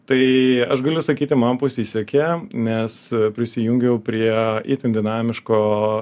tai aš galiu sakyti man pasisekė nes prisijungiau prie itin dinamiško